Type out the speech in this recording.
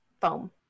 foam